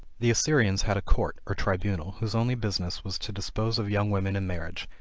the assyrians had a court, or tribunal whose only business was to dispose of young women in marriage,